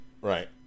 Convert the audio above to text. Right